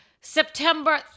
September